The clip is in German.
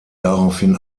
daraufhin